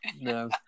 No